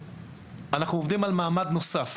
אנחנו עובדים על מעמד נוסף.